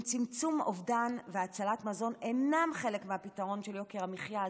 אם צמצום אובדן מזון והצלת מזון אינם חלק מהפתרון של יוקר המחיה,